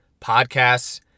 podcasts